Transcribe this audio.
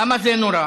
למה זה נורא?